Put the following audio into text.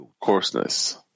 coarseness